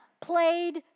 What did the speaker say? played